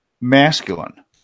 masculine